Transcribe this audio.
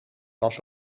was